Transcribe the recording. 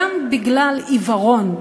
גם בגלל עיוורון,